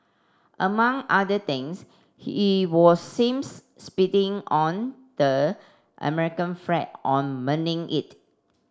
among other things he was seems spitting on the American flag on burning it